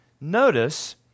Notice